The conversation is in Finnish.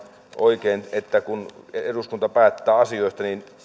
oikein kun eduskunta päättää asioista niin